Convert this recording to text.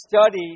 study